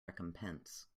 recompense